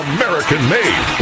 American-made